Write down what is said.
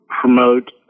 promote